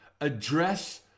address